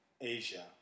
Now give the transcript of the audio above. Asia